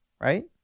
right